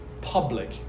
public